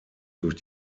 durch